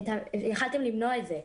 יכולתם למנוע את זה.